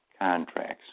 contracts